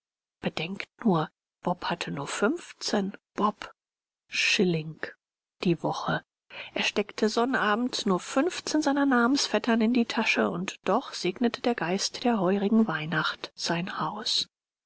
bedenkt nur bob hatte nur fünfzehn bob die woche er steckte sonnabends nur fünfzehn seiner namensvettern in die tasche und doch segnete der geist der heurigen weihnacht sein haus